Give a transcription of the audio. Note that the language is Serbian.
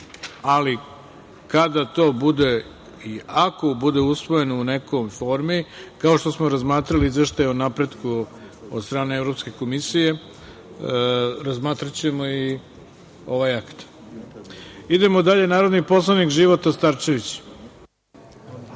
Ali, kada to bude i ako bude usvojeno u nekoj formi, kao što smo razmatrali Izveštaj o napretku od strane Evropske komisije, razmatraćemo i ovaj akt. Idemo dalje. Reč ima narodni poslanik Života Starčević.